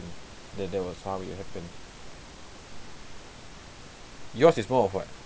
that that was how it happened yours is more of what